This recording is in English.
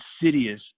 insidious